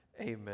Amen